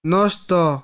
Nosto